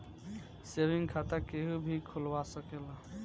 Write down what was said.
saving खाता केहू भी खोलवा सकेला